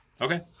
Okay